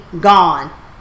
gone